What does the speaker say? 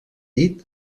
dit